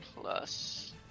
plus